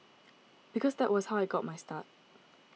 because that was how I got my start